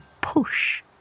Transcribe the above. push